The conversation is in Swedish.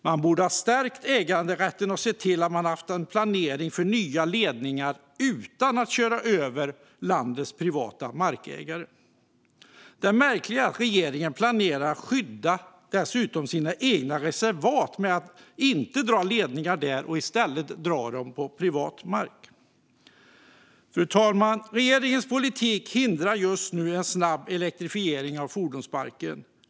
Man borde ha stärkt äganderätten och sett till att ha en planering för nya ledningar utan att köra över landets privata markägare. Det märkliga är dessutom att regeringen planerar att skydda sina egna reservat genom att inte dra ledningarna där utan i stället dra dem på privat mark. Fru talman! Regeringens politik hindrar just nu en snabb elektrifiering av fordonsparken.